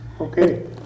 Okay